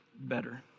better